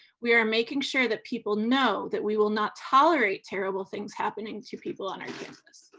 we are making sure that people know that we will not tolerate terrible things happening to people on our campus.